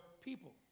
people